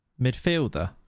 midfielder